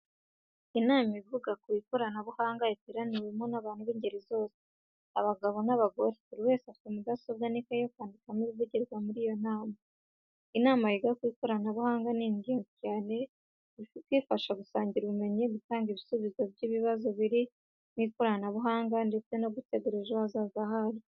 Inama ivuga ku ikoranabuhanga yateraniwemo n'abantu b'ingeri zose, abagabo n'abagore, buri wese afite mudasobwa n'ikayi yo kwandikamo ibivugirwa muri iyo nama. Inama yiga ku ikoranabuhanga ni ingenzi cyane kuko ifasha gusangira ubumenyi, gutanga ibisubizo by’ibibazo biri mu ikoranabuhanga ndetse no gutegura ejo hazaza haryo.